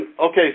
Okay